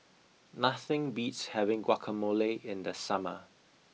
nothing beats having guacamole in the summer